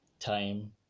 time